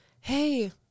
hey